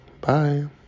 Bye